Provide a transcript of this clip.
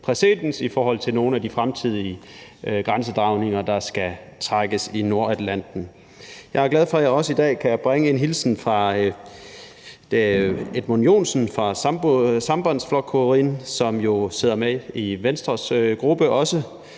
præcedens i forhold til nogle af de fremtidige grænsedragninger, der skal trækkes i Nordatlanten. Jeg er glad for, at jeg også i dag kan bringe en hilsen fra Edmund Joensen fra Sambandsflokkurin, som jo sidder med i Venstres gruppe også.